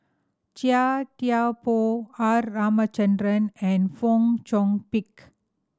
Chia Thye Poh R Ramachandran and Fong Chong Pik